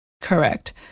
Correct